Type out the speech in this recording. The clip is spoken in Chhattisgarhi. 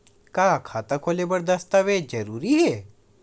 का खाता खोले बर दस्तावेज जरूरी हे?